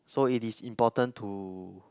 so it is important to